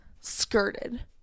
skirted